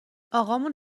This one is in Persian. اقامون